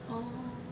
orh